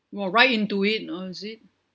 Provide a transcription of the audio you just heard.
oh right into it oh is it